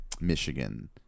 Michigan